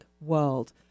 World